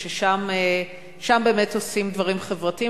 וששם באמת עושים דברים חברתיים.